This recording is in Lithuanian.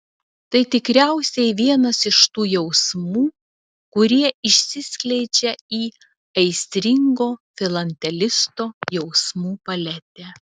tai tikriausiai vienas iš tų jausmų kurie išsiskleidžia į aistringo filatelisto jausmų paletę